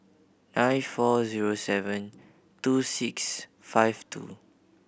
nine four zero seven two six five two